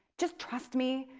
just trust me.